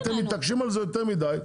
אתם מתעקשים על זה יותר מידי,